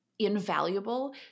invaluable